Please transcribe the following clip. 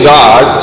God